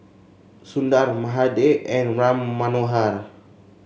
Sundar Mahade and Ram Manohar